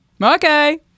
Okay